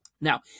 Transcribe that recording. Now